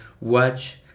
watch